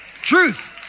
Truth